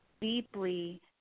deeply